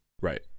Right